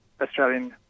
Australian